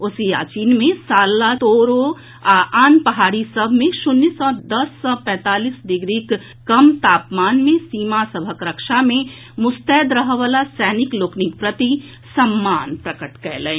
ओ सियाचिन मे सालतोरो आ आन पहाड़ी सभ मे शून्य सँ दस सँ पैंतालीस डिग्रीक कम तापमान मे सीमा सभक रक्षा मे मुस्तैद रहयवला सैनिक लोकनिक प्रति सम्मान प्रकट कयलनि